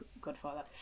godfather